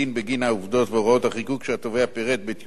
והוראות החיקוק שהתובע פירט בטיוטת כתב-אישום,